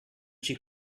she